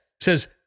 says